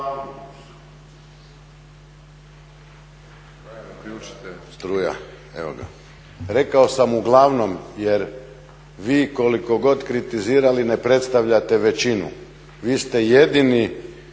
naknadno uključio./… rekao sam uglavnom jer vi koliko god kritizirali ne predstavljate većinu. Vi ste jedini